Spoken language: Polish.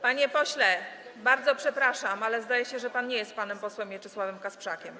Panie pośle, bardzo przepraszam, ale zdaje się, że pan nie jest panem posłem Mieczysławem Kasprzakiem.